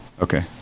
Okay